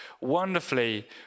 Wonderfully